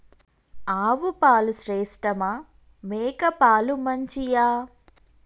ఆవు పాలు శ్రేష్టమా మేక పాలు మంచియా?